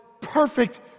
perfect